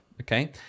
okay